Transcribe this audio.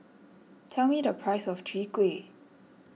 tell me the price of Chwee Kueh